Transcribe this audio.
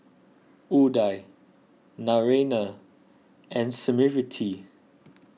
Udai Naraina and Smriti